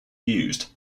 used